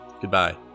Goodbye